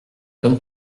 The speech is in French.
comme